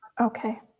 Okay